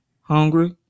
hungry